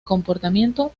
comportamiento